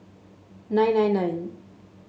nine nine nine